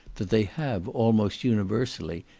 that they have, almost universally,